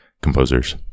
composers